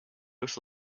with